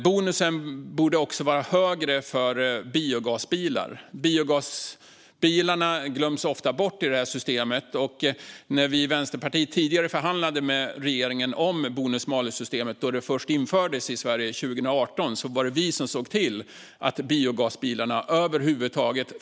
Bonusen borde också vara högre för biogasbilar. De glöms ofta bort i detta system. När vi i Vänsterpartiet förhandlade med regeringen om bonus malus-systemet då det skulle införas i Sverige 2018 var det vi som såg till att biogasbilarna kom med.